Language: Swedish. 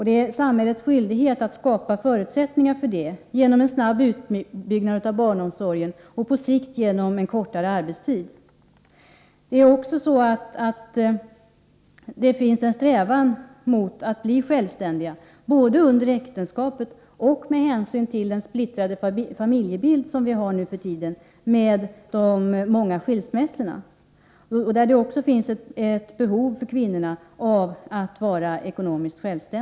Det är då samhällets skyldighet att skapa förutsättningar för detta genom en snabb utbyggnad av barnomsorgen och på sikt genom en kortare arbetstid. Det finns en strävan hos kvinnorna att bli självständiga. Det gäller under äktenskapet. Tar man också hänsyn till den splittrade familjebild som vi har nu för tiden på grund av de många skilsmässorna, så finns det ett klart behov för kvinnorna att vara ekonomiskt självständiga.